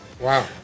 Wow